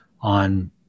on